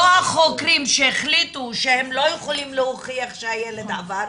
לא החוקרים שהחליטו שהם לא יכולים להוכיח שהילד עבר,